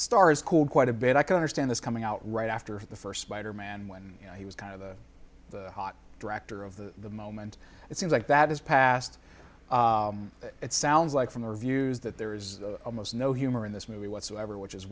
star is cool quite a bit i can understand this coming out right after the first spider man when he was kind of the hot director of the moment it seems like that his past it sounds like from the reviews that there is almost no humor in this movie whatsoever which is